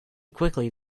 quickly